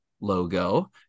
logo